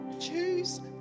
Choose